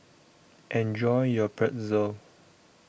Enjoy your Pretzel